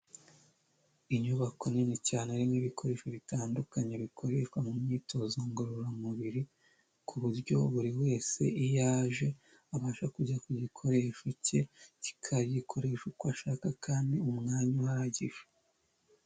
Inyubako nini cyane irimo ibikoresho bitandukanye bikoreshwa mu myitozo ngororamubiri, ku buryo buri wese iyo aje abasha kujya ku gikoresho cye, akagikoresha uko ashaka kandi mu mwanya uhagije.